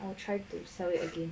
I will try to sell it again